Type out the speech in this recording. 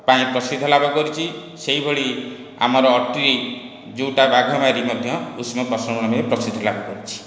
ପାଇଁ ପ୍ରସିଦ୍ଧ ଲାଭ କରିଛି ସେଇଭଳି ଆମର ଅଟ୍ରୀ ଯେଉଁଟା ବାଘମାରୀ ମଧ୍ୟ ଉଷ୍ମ ପ୍ରସ୍ରବଣ ଭାବେ ପ୍ରସିଦ୍ଧି ଲାଭ କରିଛି